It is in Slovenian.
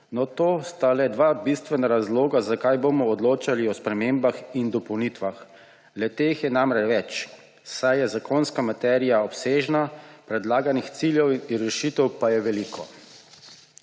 No, to sta le dva bistvena razloga, zakaj bomo odločali o spremembah in dopolnitvah, le-teh je namreč več, saj je zakonska materija obsežna, predlaganih ciljev in rešitev pa je veliko.